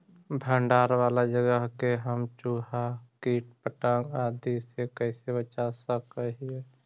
भंडार वाला जगह के हम चुहा, किट पतंग, आदि से कैसे बचा सक हिय?